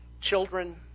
children